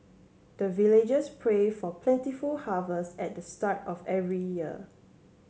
the villagers pray for plentiful harvest at the start of every year